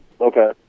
Okay